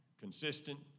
consistent